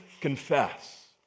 confess